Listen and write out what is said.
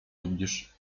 lubisz